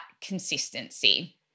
consistency